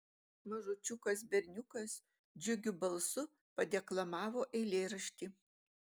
mažučiukas berniukas džiugiu balsu padeklamavo eilėraštį